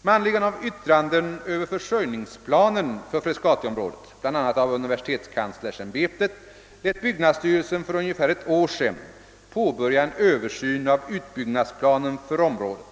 : Med anledning av yttranden över försörjningsplanen för Frescatiområdet, bl.a. av universitetskanslersämbetet, lät byggnadsstyrelsen för ungefär ett år sedan påbörja en översyn av utbyggnadsplanen för området.